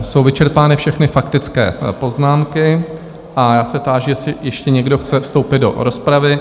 Jsou vyčerpány všechny faktické poznámky a já se táži, jestli ještě někdo chce vstoupit do rozpravy?